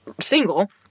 single